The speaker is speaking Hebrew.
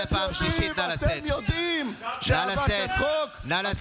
אם הנרצחים היו יהודים היית מזמן הולך הביתה.